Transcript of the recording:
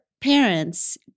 parents